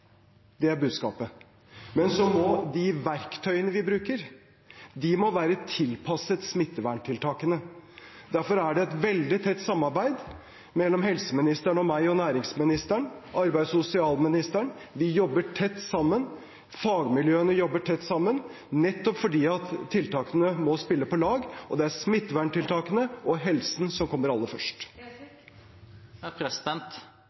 Det er budskapet. Men de verktøyene vi bruker, må være tilpasset smitteverntiltakene. Derfor er det et veldig tett samarbeid mellom helseministeren, meg, næringsministeren og arbeids- og sosialministeren. Vi jobber tett sammen, fagmiljøene jobber tett sammen, nettopp fordi tiltakene må spille på lag. Det er smitteverntiltakene og helsen som kommer aller først.